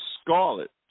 scarlet